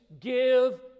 give